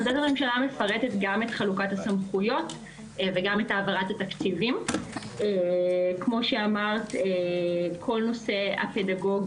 אז שאלתי בקריאת ביניים, היא אמרה לי, בסוף דבריה